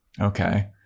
Okay